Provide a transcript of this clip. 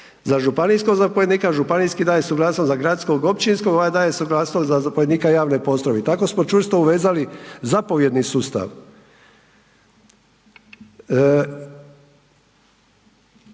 za županijskog zapovjednika, županijski daje suglasnost za gradskog općinskog, ovaj daje suglasnost za zapovjednika javne postrojbe i tako smo čvrsto uvezali zapovjedni sustav.